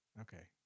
Okay